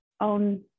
own